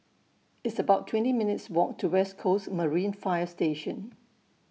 It's about twenty minutes' Walk to West Coast Marine Fire Station